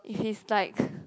if he's like